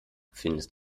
findest